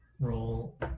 roll